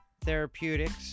Therapeutics